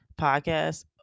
podcast